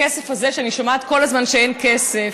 בכסף הזה, אני שומעת כל הזמן שאין כסף,